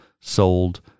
sold